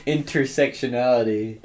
Intersectionality